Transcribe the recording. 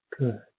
Good